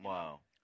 Wow